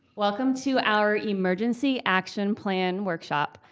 welcome to our emergency action plan workshop.